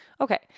okay